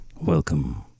Welcome